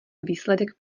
výsledek